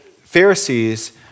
Pharisees